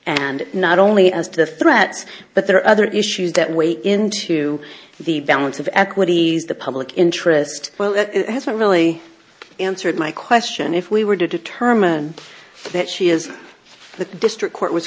and not only as the threats but there are other issues that way into the balance of equities the public interest well it hasn't really answered my question if we were to determine that she is the district court was